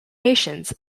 nations